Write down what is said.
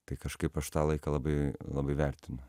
tai kažkaip aš tą laiką labai labai vertinu